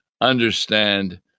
understand